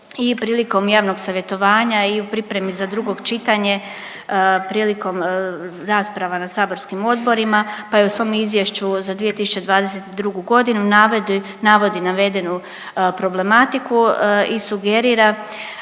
i prilikom javnog savjetovanja i u pripremi za drugo čitanje prilikom rasprava na saborskim odborima, pa i u svom izvješću za 2022.g. navodi, navodi navedenu problematiku i sugerira